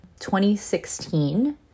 2016